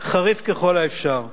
חריף ככל האפשר,